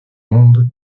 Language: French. monde